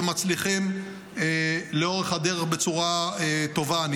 ואני חושב שמצליחים לאורך הדרך בצורה טובה.